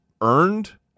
earned